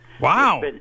Wow